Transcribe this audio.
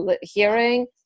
hearing